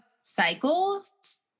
cycles